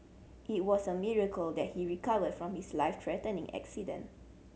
it was a miracle that he recovered from his life threatening accident